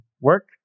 work